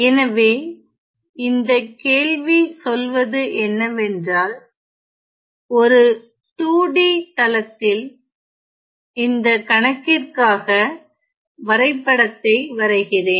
எனவே இந்த கேள்வி சொல்வது என்னவென்றால் ஒரு 2 D தளத்தில் இந்த கணக்கிற்காக வரைபடத்தை வரைகிறேன்